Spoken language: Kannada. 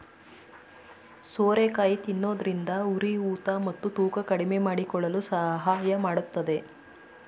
ಸೋರೆಕಾಯಿ ತಿನ್ನೋದ್ರಿಂದ ಉರಿಯೂತ ಮತ್ತು ತೂಕ ಕಡಿಮೆಮಾಡಿಕೊಳ್ಳಲು ಸಹಾಯ ಮಾಡತ್ತದೆ